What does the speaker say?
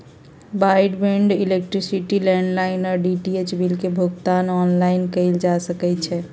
broadband, electricity, landline आऽ DTH bill के भुगतान ऑनलाइन कएल जा सकइ छै